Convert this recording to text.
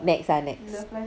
next ah next